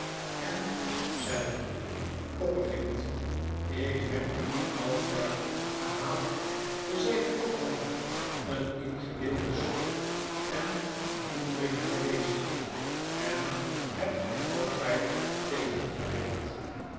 en zei copperfield ik heb u altijd gehaat ge zijt altijd een ingebeelde zot en een indringer geweest en hebt mij altijd